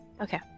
Okay